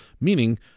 meaning